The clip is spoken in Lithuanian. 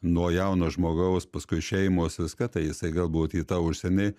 nuo jauno žmogaus paskui šeimos viską tai jisai galbūt į tą užsienį